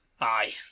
Aye